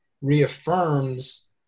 reaffirms